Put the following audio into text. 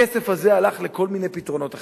הכסף הזה הלך לכל מיני פתרונות אחרים,